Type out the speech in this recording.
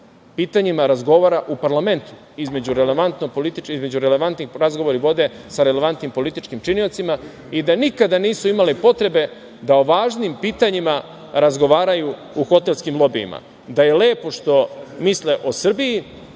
pitanjima razgovara u parlamentu između relevantnih razgovori vode sa relevantnim političkim činiocima i da nikada nisu imali potrebe da o važnim pitanjima razgovaraju u hotelskim lobijima, da je lepo što misle o Srbiji,